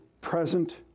present